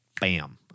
bam